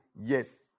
yes